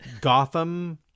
Gotham